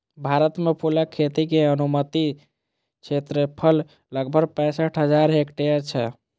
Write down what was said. भारत मे फूलक खेती के अनुमानित क्षेत्रफल लगभग पैंसठ हजार हेक्टेयर छै